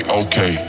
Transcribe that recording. okay